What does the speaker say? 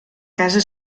casa